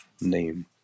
name